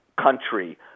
country